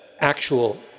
actual